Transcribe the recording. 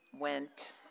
went